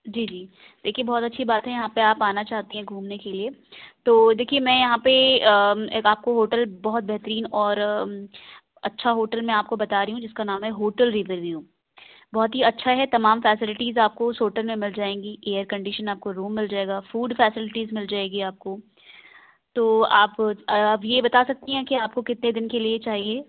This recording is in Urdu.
جی جی دیکھیے بہت اچھی بات ہے یہاں پہ آپ آنا چاہتی ہیں گھومنے کے لیے تو دیکھیے میں یہاں پہ ایک آپ کو ہوٹل بہت بہترین اور اچھا ہوٹل میں آپ کو بتا رہی ہوں جس کا نام ہے ہوٹل ریور ویو بہت ہی اچھا ہے تمام فیسیلٹیز آپ کو اُس ہوٹل میں مل جائیں گی ایئر کنڈیشن آپ کو روم مل جائے گا فوڈ فیسیلٹیز مل جائیں گی آپ کو تو آپ یہ بتا سکتی ہیں کہ آپ کو کتنے دِن کے لیے چاہیے